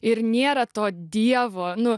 ir nėra to dievo nu